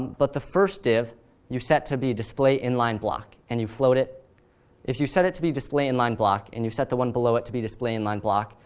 but the first div you set to be displayed in line block and you float it if you set it to be displayed in line block and you set the one below it to be displayed in line block,